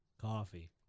coffee